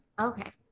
Okay